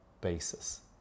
basis